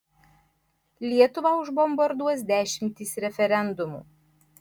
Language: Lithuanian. lietuvą užbombarduos dešimtys referendumų